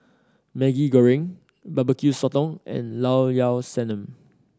Maggi Goreng Barbecue Sotong and Llao Llao Sanum